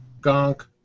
Gonk